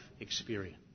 experience